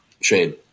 Shane